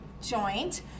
joint